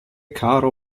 caro